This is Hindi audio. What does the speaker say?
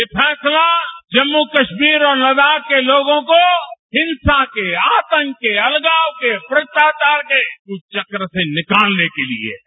यह फैसला जम्मू कस्मीर और लद्वाख के लोगों को हिंसा के आतंक केअलगाव के भ्रष्टाचार के कुचक्र से निकालने के लिए है